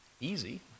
easy